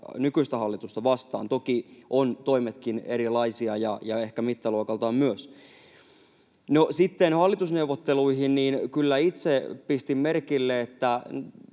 nykyistä hallitusta vastaan. Toki ovat toimetkin erilaisia, ehkä mittaluokaltaan myös. No, sitten hallitusneuvotteluihin: Kyllä itse pistin merkille, että